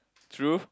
true